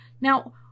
Now